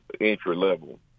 entry-level